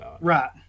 Right